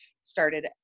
started